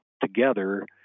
together